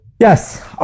yes